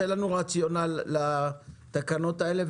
תן לנו רציונל לתקנות האלה,